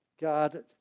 God